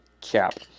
cap